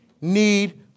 need